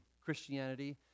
Christianity